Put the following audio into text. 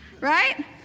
right